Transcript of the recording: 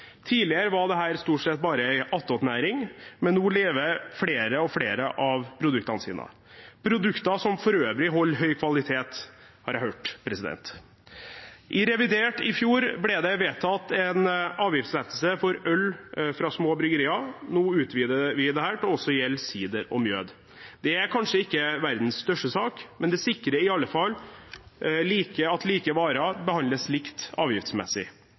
Tidligere var dette stort sett bare en attåtnæring, men nå lever flere og flere av produktene sine – produkter som for øvrig holder høy kvalitet, har jeg hørt. I revidert i fjor ble det vedtatt en avgiftslettelse for øl fra små bryggerier. Nå utvider vi dette til også å gjelde sider og mjød. Det er kanskje ikke verdens største sak, men det sikrer i alle fall at like varer behandles likt avgiftsmessig.